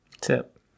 Tip